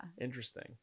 Interesting